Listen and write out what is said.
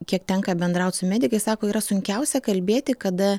kiek tenka bendraut su medikais sako yra sunkiausia kalbėti kada